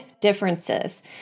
differences